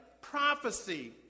prophecy